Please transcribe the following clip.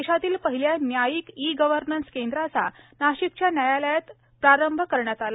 देशातील पहिल्या न्यायिक ई गव्हर्नन्स केंद्राचा नाशिकच्या न्यायालयात प्रारंभ करण्यात आला